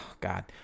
God